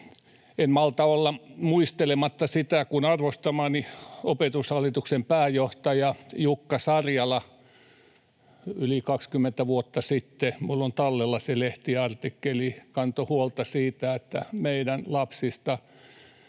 En malta olla muistelematta sitä, kun arvostamani Opetushallituksen pääjohtaja Jukka Sarjala yli 20 vuotta sitten — minulla on tallella se lehtiartikkeli — kantoi huolta siitä, että meidän lapsista